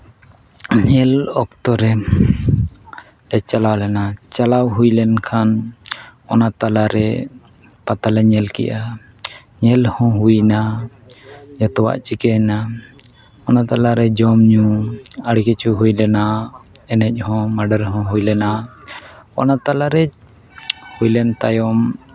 ᱧᱮᱞ ᱚᱠᱛᱚ ᱨᱮᱞᱮ ᱪᱟᱞᱟᱣ ᱞᱮᱱᱟ ᱪᱟᱞᱟᱣ ᱦᱩᱭ ᱞᱮᱱᱠᱷᱟᱱ ᱚᱱᱟ ᱛᱟᱞᱟᱨᱮ ᱯᱟᱛᱟᱞᱮ ᱧᱮᱞ ᱠᱮᱫᱼᱟ ᱧᱮ ᱦᱚᱸ ᱦᱩᱭᱱᱟ ᱡᱚᱛᱚᱣᱟᱜ ᱪᱤᱠᱟᱹᱭᱮᱱᱟ ᱚᱱᱟ ᱛᱟᱞᱟᱨᱮ ᱡᱚᱢᱼᱧᱩ ᱟᱹᱰᱤ ᱠᱤᱪᱷᱩ ᱦᱩᱭ ᱞᱮᱱᱟ ᱮᱱᱡ ᱦᱚᱸ ᱢᱮᱰᱮᱨ ᱦᱚᱸ ᱦᱩᱭ ᱞᱮᱱᱟ ᱚᱱᱟ ᱛᱟᱞᱟᱨᱮ ᱦᱩᱭᱞᱮᱱ ᱛᱟᱭᱚᱢ